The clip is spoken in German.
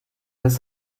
ist